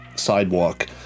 Sidewalk